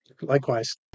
Likewise